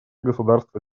государства